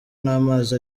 n’amazi